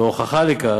וההוכחה לכך,